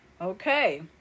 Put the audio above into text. Okay